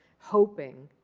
hoping